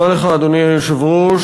אדוני היושב-ראש,